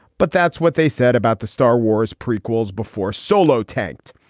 but that's what they said about the star wars prequels before solo tanked.